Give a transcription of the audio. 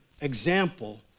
example